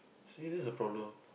so is this a problem